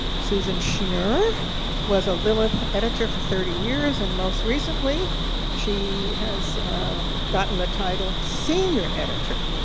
susan schnur was a lilith editor for thirty years, and most recently she has gotten the title senior editor.